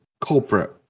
culprit